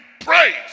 praise